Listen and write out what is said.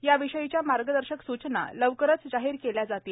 याविषयीच्या मार्गदर्शक सूचना लवकरच जाहीर केल्या जातील